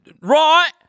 right